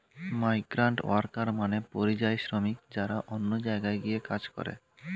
migrant worker মানে পরিযায়ী শ্রমিক যারা অন্য জায়গায় গিয়ে কাজ করে